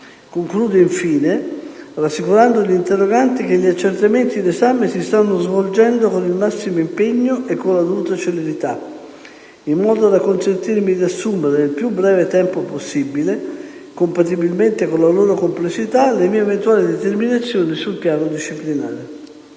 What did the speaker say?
Concludo, infine, rassicurando gli interroganti che gli accertamenti e gli esami si stanno svolgendo con il massimo impegno e con la dovuta celerità, in modo da consentirmi di assumere, nel più breve tempo possibile - compatibilmente con la loro complessità - le mie eventuali determinazioni sul piano disciplinare.